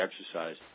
exercise